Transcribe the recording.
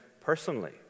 personally